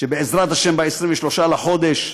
שבעזרת השם, ב-23 בחודש,